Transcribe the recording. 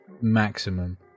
maximum